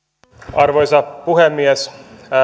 arvoisa puhemies